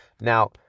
Now